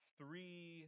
three